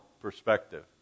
perspective